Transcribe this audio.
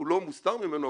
זה לא מוסתר ממנו,